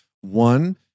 One